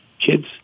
kids